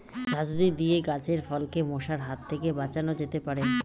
ঝাঁঝরি দিয়ে গাছের ফলকে মশার হাত থেকে বাঁচানো যেতে পারে?